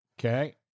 Okay